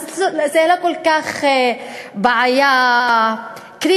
אז זה לא כל כך בעיה קריטית,